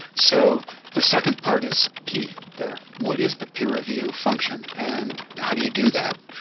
so the second part is key there what is the peer-review function and how do you do that?